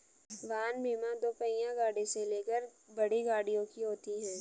वाहन बीमा दोपहिया गाड़ी से लेकर बड़ी गाड़ियों की होती है